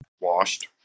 washed